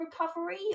recovery